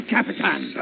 Captain